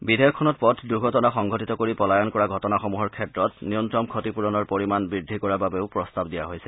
বিধেয়কখনত পথ দুৰ্ঘটনা সংঘটিত কৰি পলায়ন কৰা ঘটনাসমূহৰ ক্ষেত্ৰত ন্যনতম ক্ষতিপূৰণৰ পৰিমাণ বৃদ্ধি কৰাৰ বাবেও প্ৰস্তাৱ দিয়া হৈছে